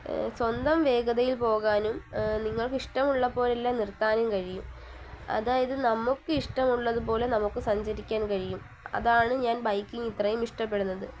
സ്വന്തം വേഗതയിൽ പോകാനും നിങ്ങൾക്ക് ഇഷ്ടമുള്ളപ്പോഴെല്ലാം നിർത്താനും കഴിയും അതായത് നമുക്ക് ഇഷ്ടമുള്ളതുപോലെ നമുക്ക് സഞ്ചരിക്കാൻ കഴിയും അതാണ് ഞാൻ ബൈക്കിംഗ് ഇത്രയും ഇഷ്ടപ്പെടുന്നത്